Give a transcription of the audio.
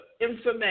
information